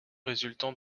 résultant